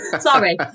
Sorry